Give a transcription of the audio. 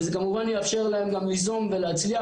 וזה כמובן יאפשר להם גם ליזום ולהצליח